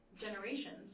generations